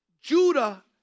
Judah